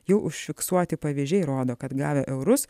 jų užfiksuoti pavyzdžiai rodo kad gavę eurus